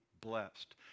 blessed